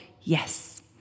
yes